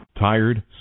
Tired